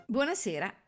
Buonasera